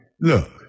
Look